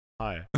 hi